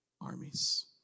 armies